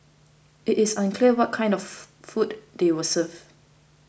it is unclear what kind of food they were served